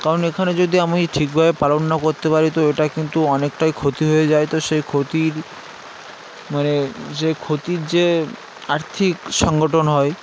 কারণ এখানে যদি আমি ঠিকভাবে পালন না কোত্তে পারি তো এটা কিন্তু অনেকটাই ক্ষতি হয়ে যায় তো সেই ক্ষতির মানে সে ক্ষতির যে আর্থিক সংগঠন হয়